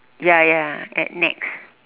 ya ya at nex